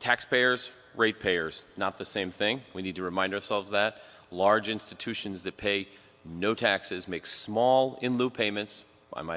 taxpayers rate payers not the same thing we need to remind ourselves that large institutions that pay no taxes make small in l